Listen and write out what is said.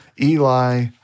Eli